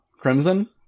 Crimson